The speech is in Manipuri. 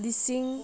ꯂꯤꯁꯤꯡ